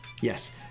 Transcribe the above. yes